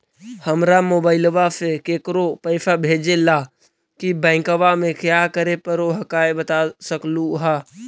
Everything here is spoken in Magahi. हमरा मोबाइलवा से केकरो पैसा भेजे ला की बैंकवा में क्या करे परो हकाई बता सकलुहा?